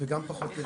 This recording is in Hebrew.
וגם פחות ילדים.